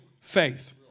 faith